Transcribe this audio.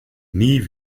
nie